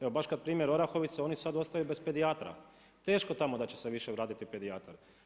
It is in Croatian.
Evo baš kod primjera Orahovice, oni sada ostaju bez pedijatra, teško tamo da će se više vratiti pedijatar.